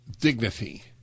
dignity